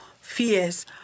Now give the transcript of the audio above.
fears